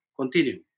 Continue